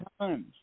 times